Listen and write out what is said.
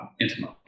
intimate